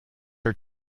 her